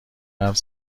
حرف